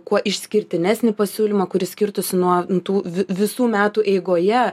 kuo išskirtinesnį pasiūlymą kuris skirtųsi nuo tų visų metų eigoje